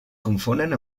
confonen